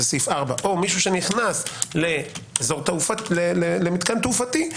סעיף 4 או מישהו שנכנס למתקן תעופתי,